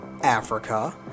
Africa